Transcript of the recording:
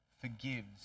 forgives